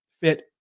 Fit